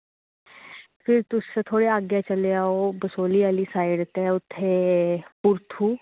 फिर तुस थोह्ड़ा अग्गें चली जाओ बसोहली आह्ली साइड ते उत्थै भुरथू